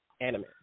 anime